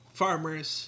farmers